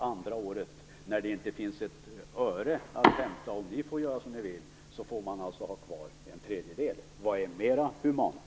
Andra året, när det inte finns ett öre att hämta om ni får som ni vill, får man alltså ha kvar en tredjedel. Vilket är mer humant?